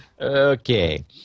Okay